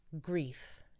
grief